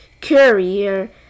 Courier